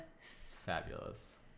fabulous